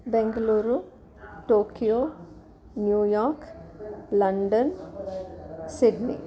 Bengaluru Tokyo New York London Sydney